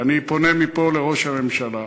אני פונה מפה לראש הממשלה